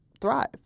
thrive